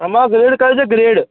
તમારો ગ્રેડ કયો છે ગ્રેડ